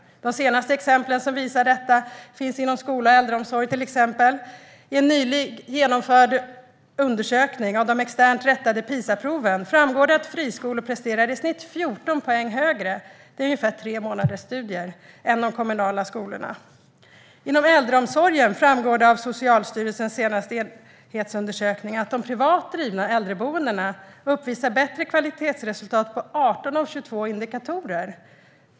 De senaste exemplen som visar detta finns till exempel inom skola och äldreomsorg. I en nyligen genomförd undersökning av de externt rättade PISA-proven framgår att friskolor presterar i snitt 14 poäng bättre - ungefär tre månaders studier - än de kommunala skolorna. När det gäller äldreomsorgen framgår det av Socialstyrelsens senaste enhetsundersökning att de privat drivna äldreboendena uppvisar bättre kvalitetsresultat i fråga om 18 av 22 indikatorer.